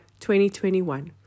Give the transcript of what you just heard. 2021